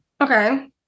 Okay